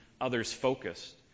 others-focused